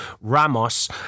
Ramos